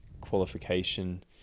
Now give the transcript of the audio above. qualification